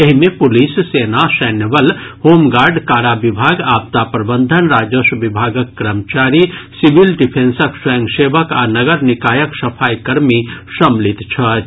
एहि मे पुलिस सेना सैन्य बल होमगार्ड कारा विभाग आपदा प्रबंधन राजस्व विभागक कर्मचारी सिविल डिफेंसक स्वयंसेवक आ नगर निकायक सफाईकर्मी सम्मिलित छथि